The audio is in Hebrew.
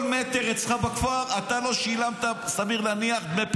על כל מטר אצלך בכפר סביר להניח שאתה לא שילמת דמי פיתוח.